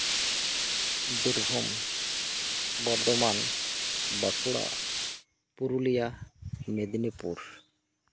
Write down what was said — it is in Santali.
ᱵᱤᱨᱵᱷᱩᱢ ᱵᱚᱨᱫᱷᱚᱢᱟᱱ ᱵᱟᱸᱠᱩᱲᱟ ᱯᱩᱨᱩᱞᱤᱭᱟ ᱢᱮᱫᱱᱤᱯᱩᱨ